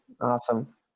Awesome